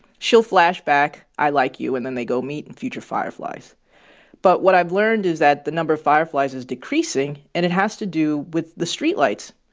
she'll flash back, i like you. and then they go meet and future fireflies but what i've learned is that the number of fireflies is decreasing and it has to do with the street lights.